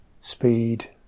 speed